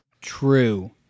True